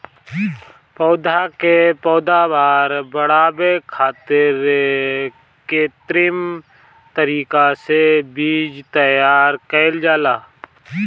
पौधा के पैदावार बढ़ावे खातिर कित्रिम तरीका से बीज तैयार कईल जाला